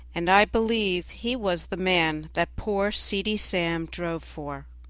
and i believe he was the man that poor seedy sam drove for.